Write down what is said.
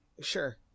Sure